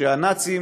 שהנאצים